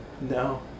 no